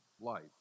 life